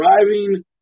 driving